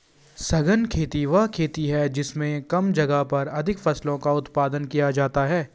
सघन खेती वह खेती है जिसमें कम जगह पर अधिक फसलों का उत्पादन किया जाता है